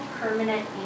permanent